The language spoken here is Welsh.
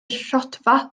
rhodfa